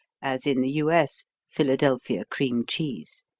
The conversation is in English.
as in the u s. philadelphia cream cheese.